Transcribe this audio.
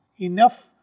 Enough